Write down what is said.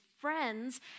friends